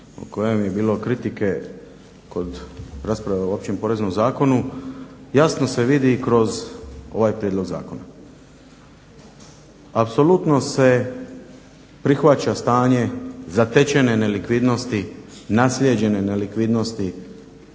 o kojem je bilo kritike kod rasprave o Općem poreznom zakonu, jasno se vidi i kroz ovaj prijedlog zakona. Apsolutno se prihvaća stanje zatečene nelikvidnosti, naslijeđene nelikvidnosti,